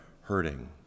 hurting